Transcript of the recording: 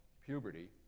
puberty